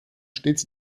stets